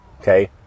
Okay